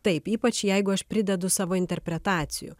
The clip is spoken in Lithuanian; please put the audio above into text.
taip ypač jeigu aš pridedu savo interpretacijų